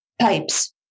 pipes